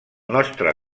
nostre